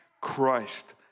Christ